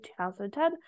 2010